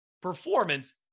performance